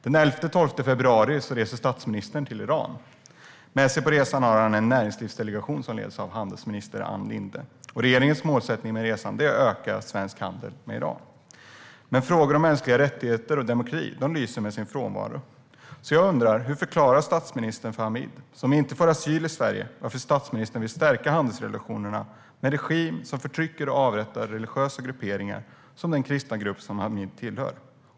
Den 11-12 februari reser statsministern till Iran. Med sig på resan har han en näringslivsdelegation som leds av handelsminister Ann Linde. Regeringens målsättning med resan är att öka svensk handel med Iran. Men frågor om mänskliga rättigheter och demokrati lyser med sin frånvaro. Jag undrar hur statsministern förklarar för Hamid, som inte får asyl i Sverige, varför statsministern vill stärka handelsrelationerna med en regim som förtrycker och avrättar religiösa grupperingar som den kristna grupp som Hamid tillhör.